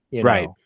right